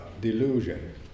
delusion